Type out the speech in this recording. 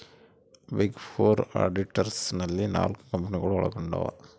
big four auditors ನಲ್ಲಿ ನಾಲ್ಕು ಕಂಪನಿಗಳು ಒಳಗೊಂಡಿವ